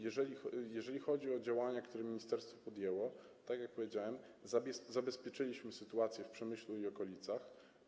Jeżeli chodzi o działania, które ministerstwo podjęło, to - tak jak powiedziałem - zabezpieczyliśmy sytuację w Przemyślu i okolicach.